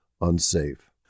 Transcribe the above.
unsafe